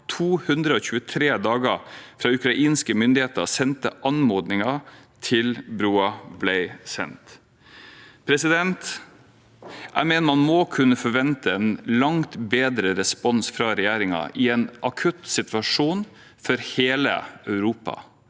223 dager fra ukrainske myndigheter sendte anmodningen, til broer ble sendt. Jeg mener man må kunne forvente en langt bedre respons fra regjeringen i en akutt situasjon for hele Europa.